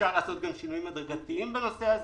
אפשר גם לעשות שינויים הדרגתיים בנושא הזה.